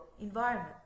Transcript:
environment